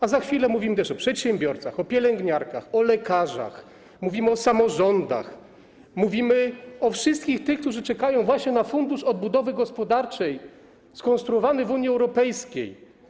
A za chwilę mówimy też o przedsiębiorcach, o pielęgniarkach, o lekarzach, mówimy o samorządach, mówimy o wszystkich tych, którzy czekają właśnie na fundusz odbudowy gospodarczej skonstruowany w Unii Europejskiej.